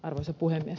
arvoisa puhemies